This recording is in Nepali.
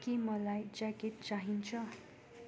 के मलाई ज्याकेट चाहिन्छ